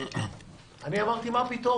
אני אמרתי: מה פתאום?